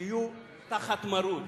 שיהיו תחת מרות.